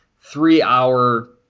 three-hour